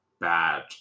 bad